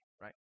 right